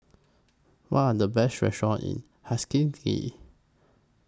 What Are The Best restaurants in